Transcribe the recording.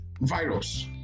virus